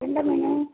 கெண்டை மீன்